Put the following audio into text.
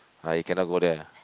ah you cannot go there ah